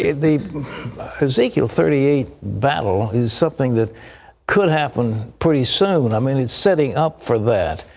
the ezekiel thirty eight battle is something that could happen pretty soon. i mean, it's setting up for that.